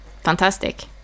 fantastic